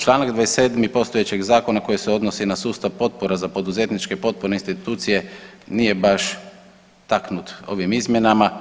Članak 27. postojećeg zakona koji se odnosi na sustav potpora za poduzetničke potporne institucije nije baš taknut ovim izmjenama.